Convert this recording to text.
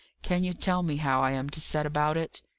can you tell me how i am to set about it?